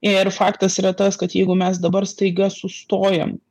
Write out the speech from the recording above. ir faktas yra tas kad jeigu mes dabar staiga sustojam